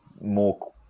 more